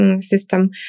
system